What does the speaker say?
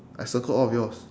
I circled all of yours